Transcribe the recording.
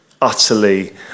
utterly